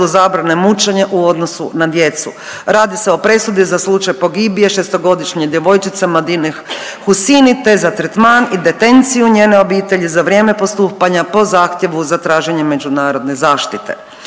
zabrane mučenja u odnosu na djecu. Radi se o presudi za slučaj pogibije 6-godišnje djevojčice Madine Huseini, te za tretman i detenciju njene obitelji za vrijeme postupanja po zahtjevu za traženje međunarodne zaštite.